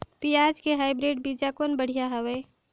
पियाज के हाईब्रिड बीजा कौन बढ़िया हवय?